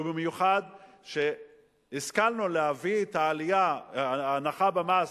ובמיוחד שהשכלנו להביא את ההנחה במס